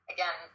Again